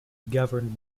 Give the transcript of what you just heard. governed